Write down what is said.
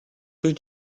rue